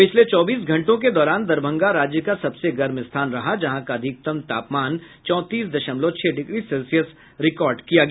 पिछले चौबीस घंटों के दौरान दरभंगा राज्य का सबसे गर्म स्थान रहा जहां का अधिकतम तापमान चौंतीस दशमलव छह डिग्री सेल्सियस रिकार्ड किया गया